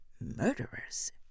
murderers